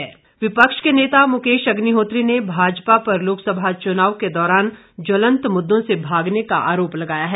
अग्निहोत्री विपक्ष के नेता मुकेश अग्निहोत्री ने भाजपा पर लोकसभा चुनाव के दौरान ज्वलंत मुददों से भागने का आरोप लगाया है